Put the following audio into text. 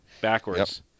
backwards